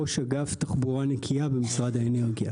ראש אגף תחבורה נקיה במשרד האנרגיה.